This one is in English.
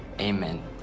Amen